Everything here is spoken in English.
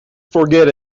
forget